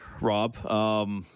Rob